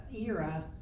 era